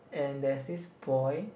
and there's this boy